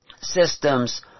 systems